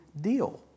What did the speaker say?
deal